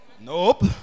Nope